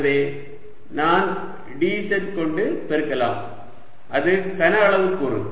எனவே நான் dz கொண்டு பெருக்கலாம் அது கன அளவு கூறு